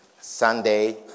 Sunday